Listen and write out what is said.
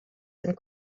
and